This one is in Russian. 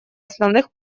основных